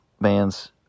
bands